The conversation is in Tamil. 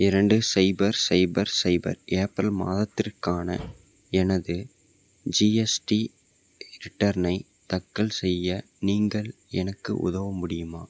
இரண்டு சைபர் சைபர் சைபர் ஏப்ரல் மாதத்திற்கான எனது ஜிஎஸ்டி ரிட்டர்னை தக்கல் செய்ய நீங்கள் எனக்கு உதவ முடியுமா